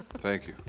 thank you.